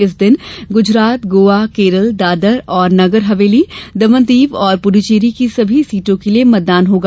इस दिन गुजरात गोवा केरल दादर तथा नगर हवेली दमन दीव और पुदुचेरी की सभी सीटों के लिए मतदान होगा